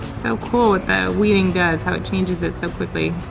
so cool what the weeding does, how it changes it so quickly.